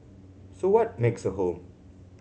so what makes a home